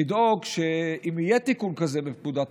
אני קורא לך לדאוג שאם יהיה תיקון כזה בפקודת